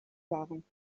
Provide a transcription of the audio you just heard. waren